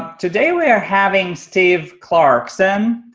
today we're having steve clarkson.